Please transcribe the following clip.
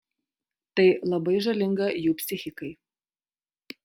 tai labai žalinga jų psichikai